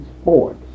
sports